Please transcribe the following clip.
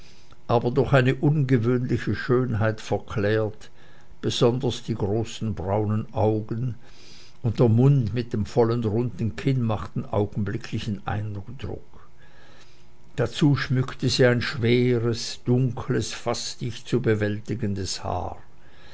aber durch eine ungewöhnliche schönheit verklärt besonders die großen braunen augen und der mund mit dem vollen runden kinn machten augenblicklichen eindruck dazu schmückte sie ein schweres dunkles fast nicht zu bewältigendes haar